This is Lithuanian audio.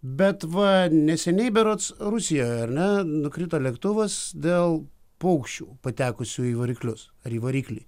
bet va neseniai berods rusijoj ar ne nukrito lėktuvas dėl paukščių patekusių į variklius ar į variklį